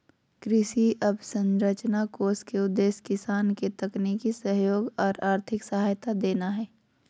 कृषि अवसंरचना कोष के उद्देश्य किसान के तकनीकी सहयोग आर आर्थिक सहायता देना हई